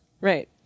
Right